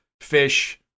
fish